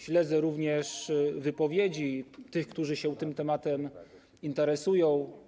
Śledzę również wypowiedzi tych, którzy się tym tematem interesują.